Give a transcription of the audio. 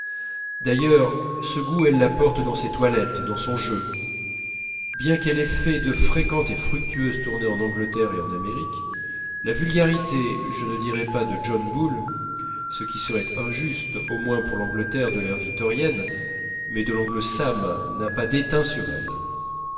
d'ailleurs ce goût elle l'apporte dans ses toilettes dans son jeu bien qu'elle ait fait de fréquentes et fructueuses tournées en angleterre et en amérique la vulgarité je ne dirai pas de john bull ce qui serait injuste au moins pour l'angleterre de l'ère victorienne mais de l'oncle sam n'a pas déteint sur elle